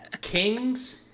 Kings